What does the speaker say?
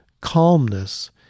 calmness